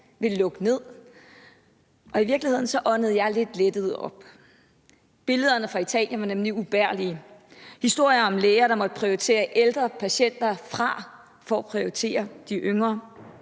ville lukke ned. Og i virkeligheden åndede jeg lidt lettet op. Billederne fra Italien var nemlig ubærlige med historier om læger, der måtte prioritere ældre patienter fra for at prioritere de yngre;